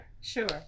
sure